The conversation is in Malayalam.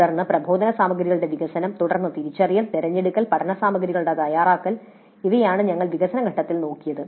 തുടർന്ന് പ്രബോധന സാമഗ്രികളുടെ വികസനം തുടർന്ന് തിരിച്ചറിയൽ തിരഞ്ഞെടുക്കൽ പഠന സാമഗ്രികളുടെ തയ്യാറാക്കൽ ഇവയാണ് ഞങ്ങൾ വികസന ഘട്ടത്തിൽ നോക്കിയത്